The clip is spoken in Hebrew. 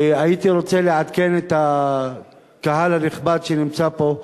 והייתי רוצה לעדכן את הקהל הנכבד שנמצא פה,